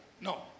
No